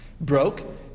broke